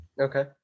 Okay